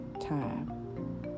time